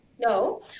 No